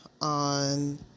on